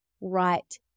right